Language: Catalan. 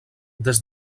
des